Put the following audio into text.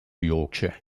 yorkshire